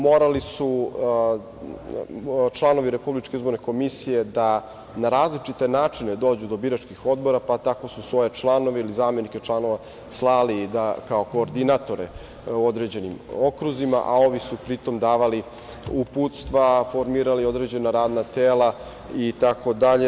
Morali su članovi RIK da na različite načine dođu do biračkih odbora, pa su tako svoje članove ili zamenike članova slali kao koordinatore određenim okruzima, a ovi su pri tom davali uputstva, formirali određena radna tela, itd.